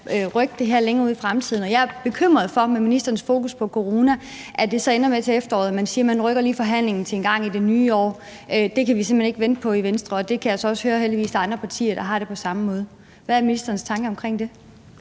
skal rykke det her længere ud i fremtiden. Jeg er bekymret for, at det med ministerens fokus på corona ender med til efteråret, at man siger, at man lige rykker forhandlingen til engang i det nye år. Det kan vi simpelt hen ikke vente på i Venstre, og jeg kan heldigvis også høre, at der er andre partier, der har det på samme måde. Hvad er ministerens tanker omkring det?